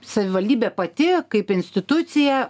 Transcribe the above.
savivaldybė pati kaip institucija